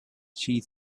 she